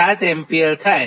7 ampere થાય